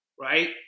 right